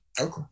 Okay